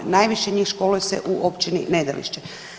Najviše njih školuje se u općini Nedelišće.